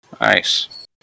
Nice